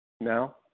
Now